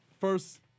first